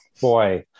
Boy